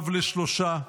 אב לשלושה,